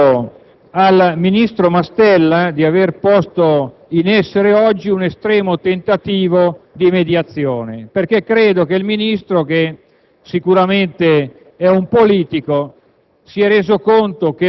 Devo dare atto al ministro Mastella di aver posto in essere oggi un estremo tentativo di mediazione. Il Ministro, che certamente è un politico,